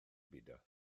beidio